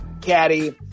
Caddy